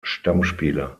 stammspieler